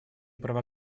права